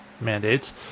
mandates